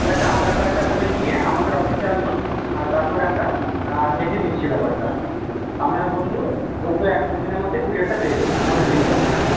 ঠিক আছে আধার কার্ডটা তাহলে নিয়ে আমাদের অফিসে আসুন আর তারপরে আমরা দেখে নিচ্ছি ব্যাপারটা আপনার বন্ধু বন্ধু এক দুদিনের মধ্যেই ক্যুরিয়ারটা পেয়ে যাবেন কোনো চিন্তা নেই স্যার